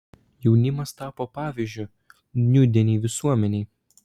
jaunimas tapo pavyzdžiu nūdienei visuomenei